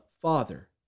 Father